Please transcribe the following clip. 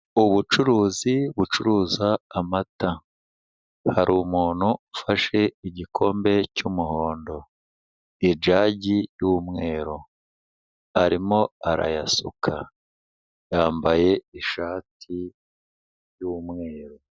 Ubucuruzi bucuruza amata hari umuntu ufashe igikombe cy'umuhondo, ijagi y'umweru, arimo arayasuka, yambaye ishati y'umweru.